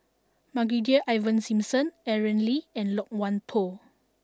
Brigadier Ivan Simson Aaron Lee and Loke Wan Tho